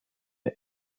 der